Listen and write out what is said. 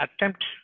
attempt